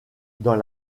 dans